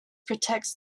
protects